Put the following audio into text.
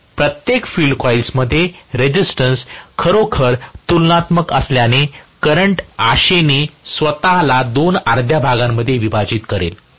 प्रत्येक फील्ड कॉइल्समध्ये रेसिस्टन्स खरोखरच तुलनात्मक असल्याने करंट आशेने स्वत ला दोन अर्ध्या भागामध्ये विभाजित करेल